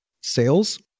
sales